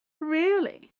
Really